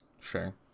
sure